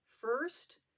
First